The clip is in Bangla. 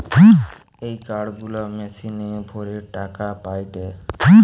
এ কার্ড গুলা মেশিনে ভরে টাকা পায়টে